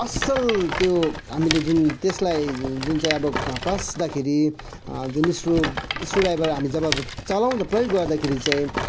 असल त्यो हामीले जुन त्यसलाई जुन चाहिँ अब कस्दाखेरि जुन स्क्रु स्क्रुड्राबइभर हामी जब चलाउँदा प्रयोग गर्दाखेरि चाहिँ